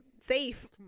safe